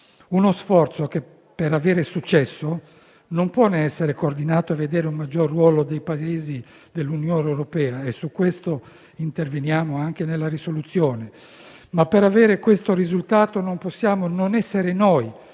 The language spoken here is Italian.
uno sforzo che, per avere successo, non può non essere coordinato e vedere un maggior ruolo dei Paesi dell'Unione europea (su questo interveniamo anche nella risoluzione). Ma, per avere questo risultato, non possiamo non essere noi,